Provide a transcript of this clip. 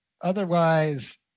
otherwise